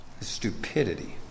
stupidity